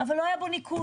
אבל לא היה בו ניקוז.